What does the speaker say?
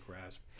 grasp